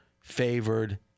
favored